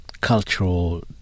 cultural